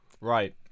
Right